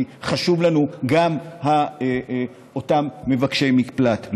כי חשובים לנו גם אותם מבקשי מקלט.